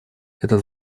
этот